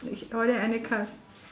orh then any cards